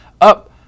up